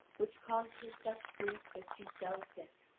which caused her such grief that she fell sick.